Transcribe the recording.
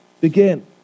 begin